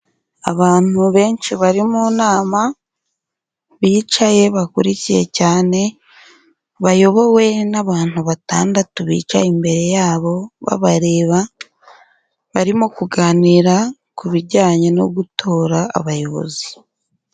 Abantu benshi bari mu nama bicaye bakurikiye cyane, bayobowe n'abantu batandatu bicaye imbere yabo babareba, barimo kuganira ku bijyanye no gutora abayobozi.